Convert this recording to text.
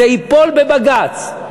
זה ייפול בבג"ץ.